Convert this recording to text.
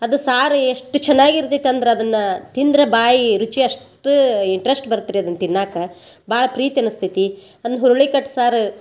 ಅದು ಸಾರು ಎಷ್ಟು ಚೆನ್ನಾಗಿರ್ತೈತಿ ಅಂದ್ರ ಅದನ್ನ ತಿಂದ್ರ ಬಾಯಿ ರುಚಿ ಅಷ್ಟೂ ಇಂಟ್ರಶ್ಟ್ ಬರತ್ತೆ ರೀ ಅದನ್ನ ತಿನ್ನಾಕ ಭಾಳ ಪ್ರೀತಿ ಅನ್ನಸ್ತೈತಿ ಒಂದು ಹುರುಳಿಕಟ್ಟು ಸಾರು